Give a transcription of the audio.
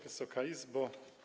Wysoka Izbo!